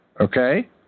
Okay